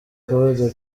code